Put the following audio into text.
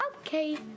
Okay